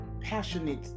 passionate